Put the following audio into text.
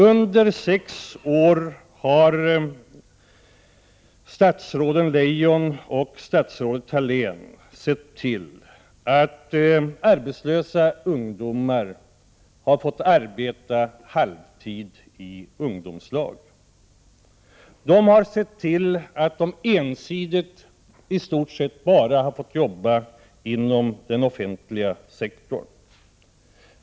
Under sex år har statsråden Leijon och Thalén sett till att arbetslösa ungdomar har fått arbeta halvtid i ungdomslag. De har sett till att dessa ungdomar i stort sett enbart har fått jobba inom den offentliga sektorn.